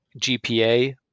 GPA